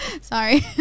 Sorry